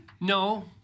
No